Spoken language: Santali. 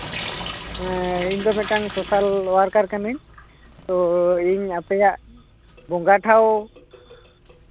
ᱦᱮᱸ ᱤᱧ ᱫᱚ ᱢᱤᱫᱴᱟᱱ ᱥᱳᱥᱟᱞ ᱳᱣᱟᱞᱠᱟᱨ ᱠᱟᱱᱟᱧ ᱛᱚ ᱤᱧ ᱟᱯᱮᱭᱟᱜ ᱵᱚᱸᱜᱟ ᱴᱷᱟᱶ